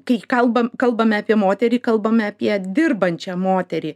kai kalbam kalbame apie moterį kalbame apie dirbančią moterį